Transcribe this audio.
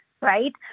right